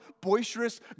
boisterous